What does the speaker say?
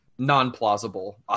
non-plausible